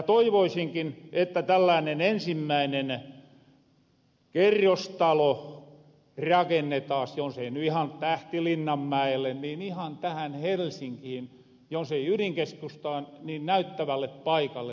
toivoisinkin että tälläänen ensimmäinen kerrostalo rakennetaas jos ei nyt ihan tähtilinnanmäelle niin ihan tähän helsinkiin jos ei ydinkeskustaan niin näyttävälle paikalle